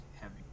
heavy